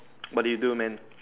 what did you do man